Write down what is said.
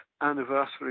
anniversary